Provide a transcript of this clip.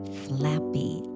flappy